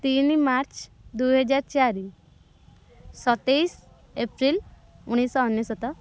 ତିନି ମାର୍ଚ୍ଚ ଦୁଇ ହଜାର ଚାରି ସତେଇଶି ଏପ୍ରିଲ ଉଣେଇଶି ଶହ ଅନେଶତ